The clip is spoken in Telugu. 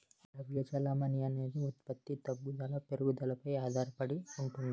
ద్రవ్య చెలామణి అనేది ఉత్పత్తి తగ్గుదల పెరుగుదలపై ఆధారడి ఉంటుంది